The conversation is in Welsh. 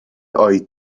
oed